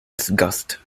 disgust